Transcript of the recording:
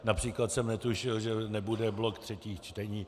Například jsem netušil, že nebude blok třetích čteních.